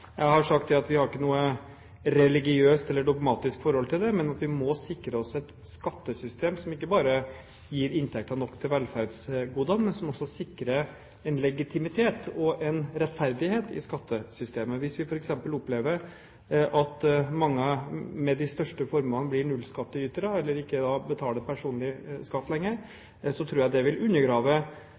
Jeg har sagt at vi har ikke noe religiøst eller dogmatisk forhold til det, men at vi må sikre oss et skattesystem som ikke bare gir inntekter nok til velferdsgodene, men som sikrer en legitimitet og en rettferdighet i skattesystemet. Hvis vi f.eks. opplever at mange med de største formuene blir nullskatteytere eller ikke betaler personlig skatt lenger, tror jeg det vil undergrave